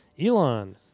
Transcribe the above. Elon